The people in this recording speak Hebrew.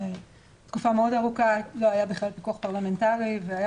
תקופה מאוד ארוכה לא היה בכלל פיקוח פרלמנטרי והיה